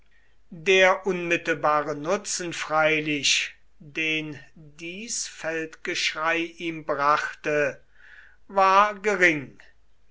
der unmittelbare nutzen freilich den dies feldgeschrei ihm brachte war gering